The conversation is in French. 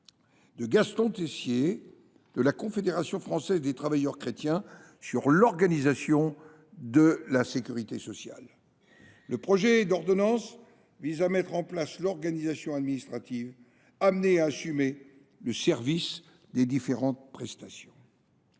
de Gaston Tessier de la Confédération française des travailleurs chrétiens (CFTC) sur l’organisation de la sécurité sociale. Le projet d’ordonnance visait à mettre en place l’organisation administrative amenée à assumer le service des différentes prestations.